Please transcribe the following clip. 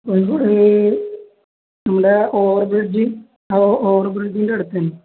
ഒരുൂടി ഈ നമ്മുടെ ഓവർബ്രിഡ്ജ് ആ ഓവർബ്രിഡ്ജിൻ്റെ അടുത്ത